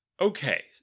Okay